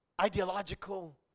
ideological